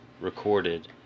recorded